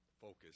focus